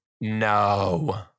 no